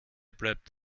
bleibt